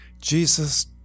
Jesus